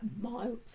miles